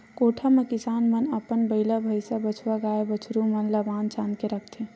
कोठा म किसान मन अपन बइला, भइसा, बछवा, गाय, बछरू मन ल बांध छांद के रखथे